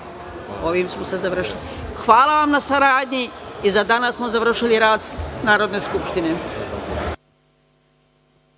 obavešteni. Hvala vam na saradnji i za danas smo završili rad Narodne skupštine.